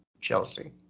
Chelsea